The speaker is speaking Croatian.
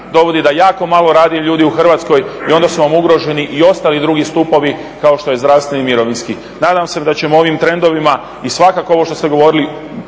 dovodi da jako malo radi ljudi u Hrvatskoj i onda su vam ugroženi i ostali drugi stupovi kao što je zdravstveni i mirovinski. Nadam se da ćemo ovim trendovima i svakako ovo što ste govorili